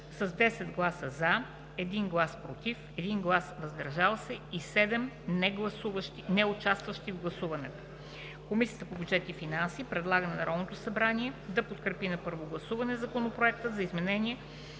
с 10 гласа „за“, 1 глас „против“, 1 глас „въздържал се“ и 7 неучастващи в гласуването, Комисията по бюджет и финанси предлага на Народното събрание да подкрепи на първо гласуване Законопроект за изменение